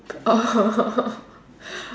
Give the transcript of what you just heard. oh